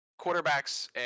quarterbacks